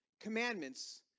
commandments